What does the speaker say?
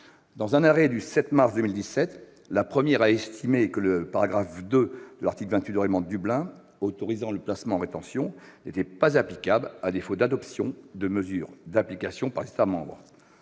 Dans un arrêt du 7 mars 2017, la première cour a estimé que le paragraphe 2 de l'article 28 du règlement Dublin autorisant le placement en rétention n'était pas applicable à défaut d'adoption de mesures d'application par les États membres.